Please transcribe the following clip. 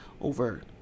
over